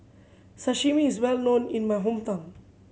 Sashimi is well known in my hometown